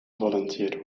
volunteered